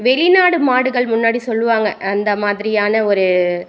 வெளிநாடு மாடுகள் முன்னாடி சொல்லுவாங்க அந்த மாதிரியான ஒரு